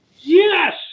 Yes